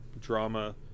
drama